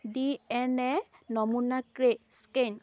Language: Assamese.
ডি এন এ নমুনা স্কেন